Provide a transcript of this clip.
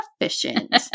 efficient